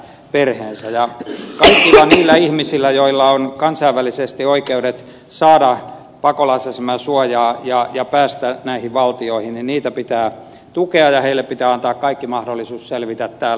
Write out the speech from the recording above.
kaikkia niitä ihmisiä joilla on kansainväliset oikeudet saada pakolaisaseman suojaa ja päästä näihin valtioihin pitää tukea ja antaa heille kaikki mahdollisuus selvitä täällä